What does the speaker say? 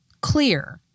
clear